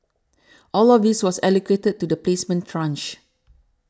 all of this was allocated to the placement tranche